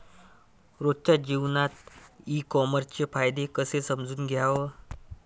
रोजच्या जीवनात ई कामर्सचे फायदे कसे समजून घ्याव?